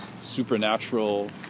supernatural